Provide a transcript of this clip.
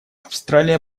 австралия